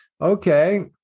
okay